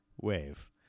wave